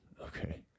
okay